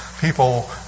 people